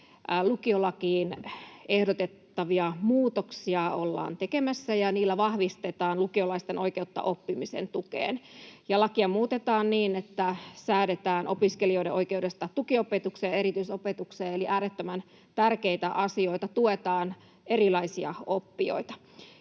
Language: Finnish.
Lukiolakiin ehdotettavia muutoksia ollaan tekemässä, ja niillä vahvistetaan lukiolaisten oikeutta oppimisen tukeen. Lakia muutetaan niin, että säädetään opiskelijoiden oikeudesta tukiopetukseen ja erityisopetukseen. Eli nämä ovat äärettömän tärkeitä asioita, tuetaan erilaisia oppijoita.